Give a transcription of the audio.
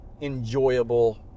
enjoyable